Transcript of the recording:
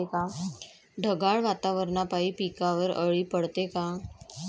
ढगाळ वातावरनापाई पिकावर अळी पडते का?